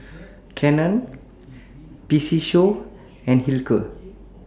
Canon PC Show and Hilker